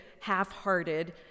half-hearted